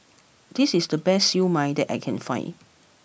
this is the best Siew Mai that I can find